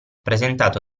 presentato